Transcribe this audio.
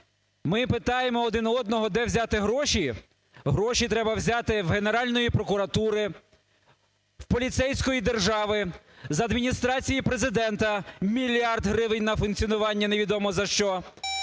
Ми питаємо один в одного, де взяти гроші? Гроші треба взяти в Генеральної прокуратури, в поліцейської держави, з Адміністрації Президента (мільярд гривень на функціонування невідомо за що).